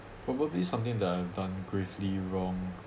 probably something that I've done gravely wrong